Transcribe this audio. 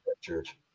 church